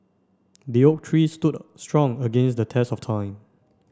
the oak tree stood strong against the test of time